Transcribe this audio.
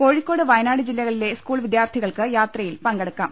കോഴിക്കോട് വയനാട് ജില്ലകളിലെ സ്കൂൾ വിദ്യാർത്ഥികൾക്ക് യാത്രയിൽ പങ്കെടുക്കാം